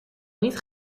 niet